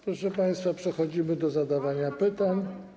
Proszę państwa, przechodzimy do zadawania pytań.